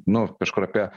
nu kažkur apie